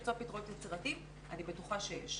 למצוא פתרונות יצירתיים ואני בטוחה שיש.